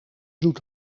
zoet